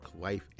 life